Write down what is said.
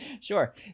Sure